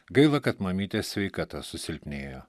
gaila kad mamytės sveikata susilpnėjo